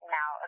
Now